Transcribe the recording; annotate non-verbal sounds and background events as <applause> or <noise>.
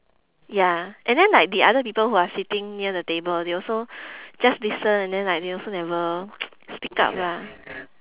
ya and then like the other people who are sitting near the table they also just listen and then like they also never <noise> speak up lah